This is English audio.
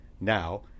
Now